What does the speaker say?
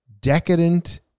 decadent